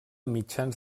mitjans